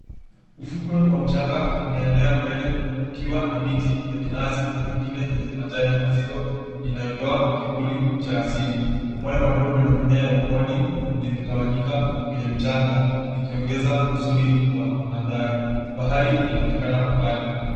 Ufukwe wa mchanga unaenea mbele kukiwa na miti ya minazi na mengine yenye majani mazito inayotoa kivuli cha asili. Mawe madogo na mimea ya pwani vimetawanyika kwenye mchanga vikiongeza uzuri wa mandhari. Bahari inaonekana kwa mbali.